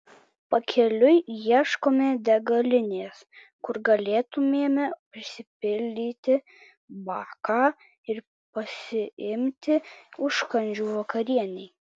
pakeliui ieškome degalinės kur galėtumėme prisipildyti baką ir pasiimti užkandžių vakarienei